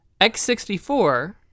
x64